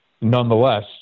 nonetheless